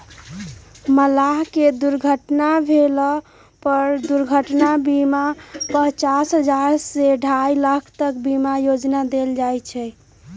मलाह के दुर्घटना भेला पर दुर्घटना बीमा पचास हजार से अढ़ाई लाख तक के बीमा योजना देल जाय छै